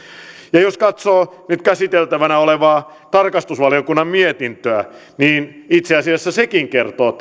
ja jos katsoo nyt käsiteltävänä olevaa tarkastusvaliokunnan mietintöä niin itse asiassa sekin kertoo